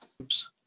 Oops